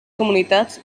comunitats